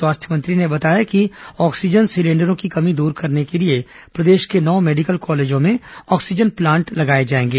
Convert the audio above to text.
स्वास्थ्य मंत्री ने बताया कि ऑक्सीजन सिलेंडरों की कमी दूर करने के लिए प्रदेश के नौ मेडिकल कॉलेजों में ऑक्सीजन प्लांट लगाए जाएंगे